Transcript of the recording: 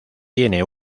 tiene